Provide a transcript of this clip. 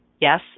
yes